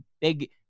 big